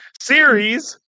series